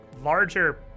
larger